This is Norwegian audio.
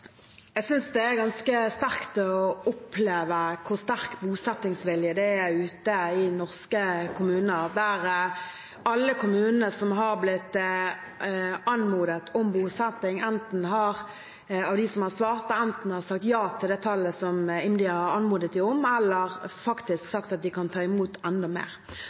Jeg synes det er ganske sterkt å oppleve hvor sterk bosettingsvilje det er ute i norske kommuner, der de som har svart – av alle kommunene som har blitt anmodet om bosetting – enten har sagt ja til det tallet som IMDi har anmodet dem om, eller faktisk sagt at de kan ta imot enda